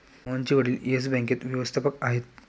मोहनचे वडील येस बँकेत व्यवस्थापक आहेत